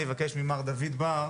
אני מבקש ממר דוד בר,